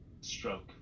stroke